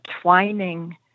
twining